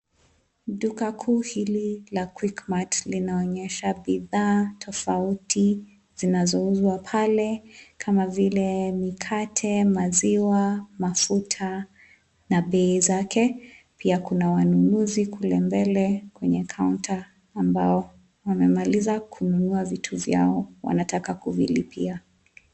Duka kuu hili la Quickmart linaonyesha bidhaa tofauti zinazouzwa pale kama vile mikate, maziwa, mafuta na bei zake. Pia kuna wanunuzi kule mbele kwenye kaunta ambao wamemaliza kununua vitu vyao wanataka kuvilipia.